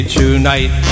tonight